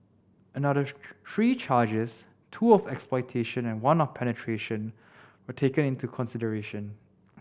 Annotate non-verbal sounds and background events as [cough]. another [unintelligible] three charges two of exploitation and one of penetration were taken into consideration